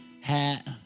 hat